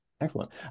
Excellent